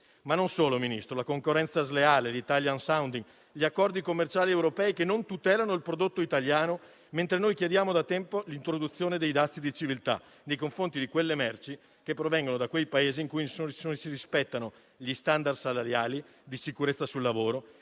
Ministro, le ricordo la concorrenza sleale, l'*italian sounding*, gli accordi commerciali europei che non tutelano il prodotto italiano mentre noi chiediamo da tempo l'introduzione dei dazi di civiltà nei confronti di quelle merci che provengono da quei Paesi in cui non si rispettano gli standard salariali, di sicurezza sul lavoro